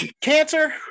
cancer